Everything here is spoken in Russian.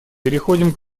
переходим